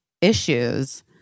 issues